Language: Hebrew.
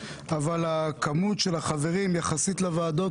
אבל הכמות של החברים יחסית לוועדות,